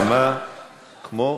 נלחמה כמו,